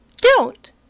Don't